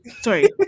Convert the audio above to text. sorry